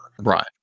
Right